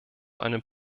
einem